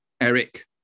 Eric